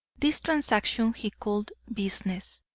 this transaction he called business.